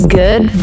good